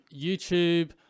YouTube